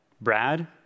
Brad